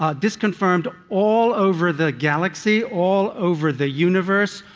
ah disconfirmed all over the galaxy, all over the universe,